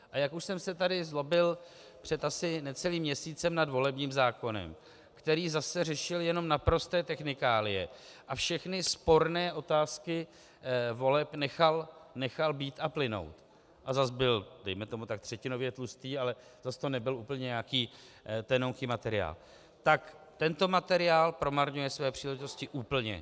A jak už jsem se tady zlobil před asi necelým měsícem nad volebním zákonem, který zase řešil jenom naprosté technikálie a všechny sporné otázky voleb nechal být a plynout, a zase byl tak dejme tomu tak třetinově tlustý, ale zase to nebyl úplně nějaký tenounký materiál, tak tento materiál promarnil své příležitosti úplně.